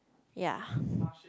ya